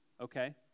Okay